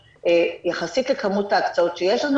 יחסית לכמות ההקצאות שיש לנו,